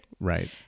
right